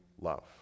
love